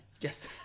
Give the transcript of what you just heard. Yes